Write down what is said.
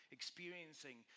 experiencing